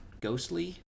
ghostly